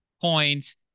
points